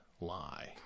lie